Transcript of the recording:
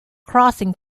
crossing